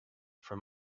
from